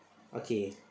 okay